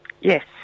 Yes